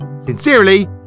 Sincerely